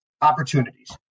opportunities